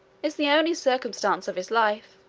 is the only circumstance of his life,